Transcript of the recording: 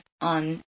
on